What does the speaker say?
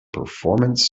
performance